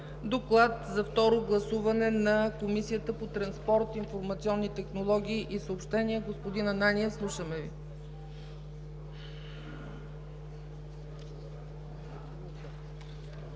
Доклад за второ гласуване на Комисията по транспорт, информационни технологии и съобщения. Господин Ананиев, слушаме Ви.